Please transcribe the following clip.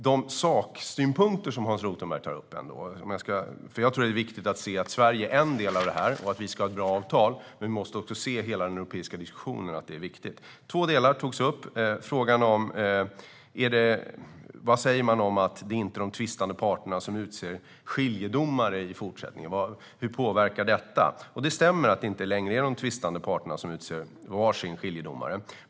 Det är viktigt att se att Sverige är en del av detta och att vi ska ha ett bra avtal, men vi måste också se att hela den europeiska diskussionen är viktig. Två delar togs upp. Hur påverkar det att det inte är de tvistande parterna som utser skiljedomare i fortsättningen? Det stämmer att det inte längre är de tvistande parterna som utser varsin skiljedomare.